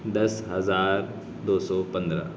دس ہزار دو سو پندرہ